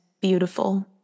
beautiful